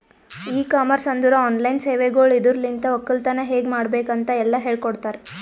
E commerce ಅಂದುರ್ online ಸೇವೆಗೊಳ್ ಇದುರಲಿಂತ್ ಒಕ್ಕಲತನ ಹೇಗ್ ಮಾಡ್ಬೇಕ್ ಅಂತ್ ಎಲ್ಲಾ ಹೇಳಕೊಡ್ತಾರ್